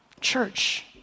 church